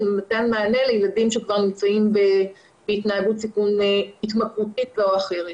מתן9 מענה לילדים שכבר נמצאים בהתנהגות התמכרותית זו או אחרת.